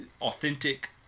authentic